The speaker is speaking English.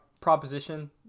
proposition